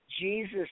Jesus